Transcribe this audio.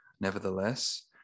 Nevertheless